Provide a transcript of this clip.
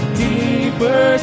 deeper